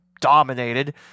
dominated